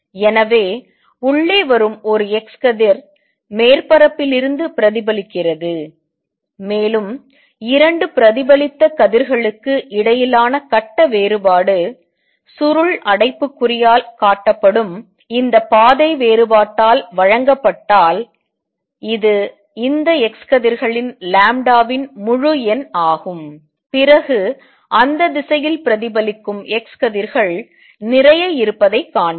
எனவே உள்ளே வரும் ஒரு x கதிர் மேற்பரப்பில் இருந்து பிரதிபலிக்கிறது மேலும் 2 பிரதிபலித்த கதிர்களுக்கு இடையிலான கட்ட வேறுபாடு சுருள் அடைப்புக்குறியால் காட்டப்படும் இந்த பாதை வேறுபாட்டால் வழங்கப்பட்டால் இது இந்த x கதிர்களின் லாம்ப்டாவின் முழு எண் ஆகும் பிறகு அந்த திசையில் பிரதிபலிக்கும் எக்ஸ் கதிர்கள் நிறைய இருப்பதைக் காண்போம்